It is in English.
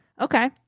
Okay